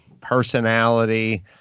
personality